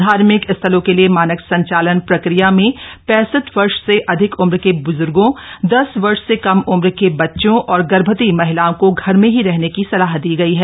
धार्मिक स्थलों के लिए मानक संचालन प्रक्रिया में पैंसठ वर्ष से अधिक उम्र के बुजुर्गों दस वर्ष से कम उम्र के बच्चों और गर्भवती महिलाओं को घर में ही रहने की सलाह दी गयी है